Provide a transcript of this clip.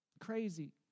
Crazy